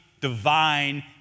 divine